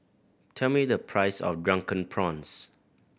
tell me the price of Drunken Prawns